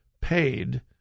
paid